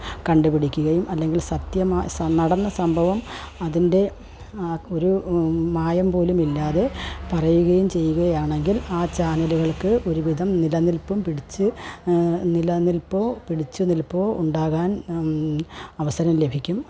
കണ്ടുപിടിക്കുകയും അല്ലെങ്കിൽ സത്യമ നടന്ന സംഭവം അതിൻ്റെ ഒരു മായം പോലുമില്ലാതെ പറയുകയും ചെയ്യുകയാണെങ്കിൽ ആ ചാനലുകൾക്ക് ഒരുവിധം നിലനില്പും പിടിച്ച് നിലനിൽപോ പിടിച്ചുനില്പോ ഉണ്ടാകാൻ അവസരം ലഭിക്കും